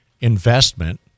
investment